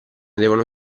devono